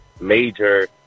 major